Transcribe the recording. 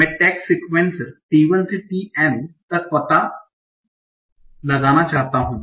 मैं tags sequence t1 से tn तक पता लगाना चाहता हूं